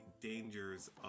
dangers